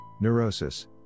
neurosis